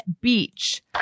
Beach